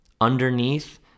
underneath